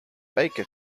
baker